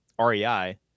REI